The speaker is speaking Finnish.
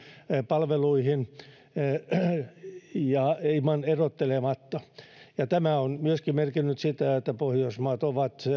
palveluihin erottelematta tämä on merkinnyt myöskin sitä että pohjoismaat ovat